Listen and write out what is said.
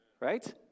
Right